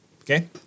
Okay